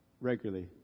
regularly